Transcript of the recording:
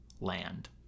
land